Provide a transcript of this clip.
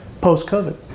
post-COVID